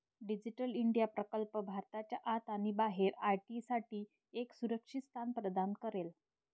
digital India प्रकल्प भारताच्या आत आणि बाहेर आय.टी साठी एक सुरक्षित स्थान प्रदान करेल